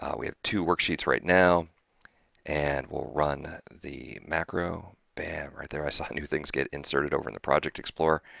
um we have two worksheets right now and we'll run the macro. bam! right there, i saw new things get inserted over in the project explorer.